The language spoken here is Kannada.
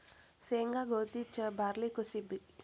ಸೇಂಗಾ, ಗೋದಿ, ಬಾರ್ಲಿ ಕುಸಿಬಿ